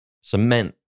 cement